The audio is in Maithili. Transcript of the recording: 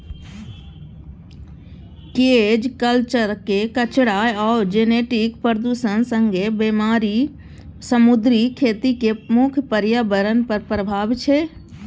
केज कल्चरक कचरा आ जेनेटिक प्रदुषण संगे बेमारी समुद्री खेतीक मुख्य प्रर्याबरण पर प्रभाब छै